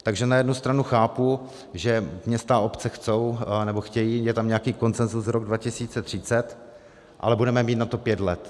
Takže na jednu stranu chápu, že města a obce chtějí, je tam nějaký konsenzus za rok 2030, ale budeme mít na to pět let.